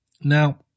Now